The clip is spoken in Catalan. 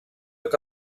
que